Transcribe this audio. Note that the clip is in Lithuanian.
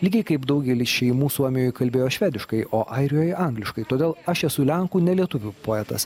lygiai kaip daugelis šeimų suomijoje kalbėjo švediškai o airijoje angliškai todėl aš esu lenkų ne lietuvių poetas